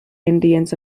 indians